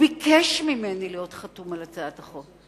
הוא ביקש ממני להיות חתום על הצעת החוק.